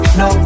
no